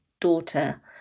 daughter